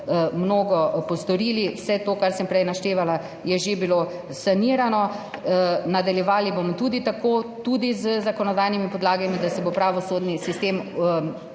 mnogo postorili, vse to, kar sem prej naštevala, je že bilo sanirano. Nadaljevali bomo tudi tako, tudi z zakonodajnimi podlagami, da se bo pravosodni sistem